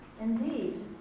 Indeed